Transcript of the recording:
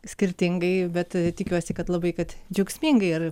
skirtingai bet tikiuosi kad labai kad džiaugsmingai ir